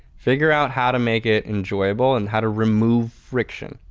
figure out how to make it enjoyable and how to remove friction.